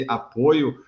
apoio